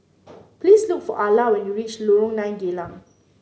please look for Alla when you reach Lorong Nine Geylang